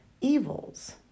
evils